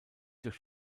durch